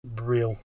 real